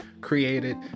created